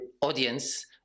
audience